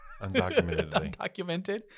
Undocumented